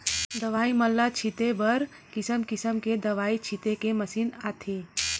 दवई मन ल छिते बर किसम किसम के दवई छिते के मसीन आथे